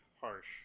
harsh